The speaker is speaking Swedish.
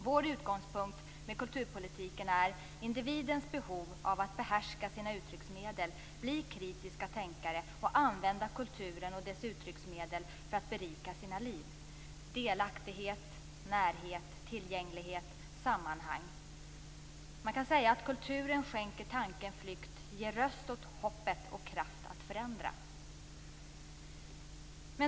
Vår utgångspunkt med kulturpolitiken är individens behov av att behärska sina uttrycksmedel, bli kritiska tänkare och använda kulturen och dess uttrycksmedel för att berika sina liv - delaktighet, närhet, tillgänglighet och sammanhang. Man kan säga att kulturen skänker tanken flykt, ger röst åt hoppet och kraft att förändra.